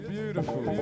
Beautiful